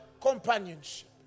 companionship